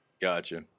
gotcha